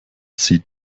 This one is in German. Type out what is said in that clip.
zieht